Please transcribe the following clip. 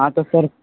हाँ तो सर